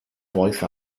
voice